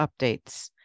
updates